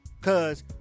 cause